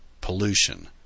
pollution